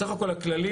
בסך הכל,